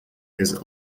his